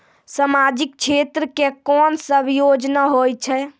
समाजिक क्षेत्र के कोन सब योजना होय छै?